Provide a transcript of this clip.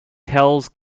tells